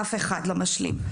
אף אחד לא משלים.